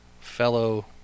fellow